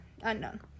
unknown